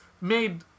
made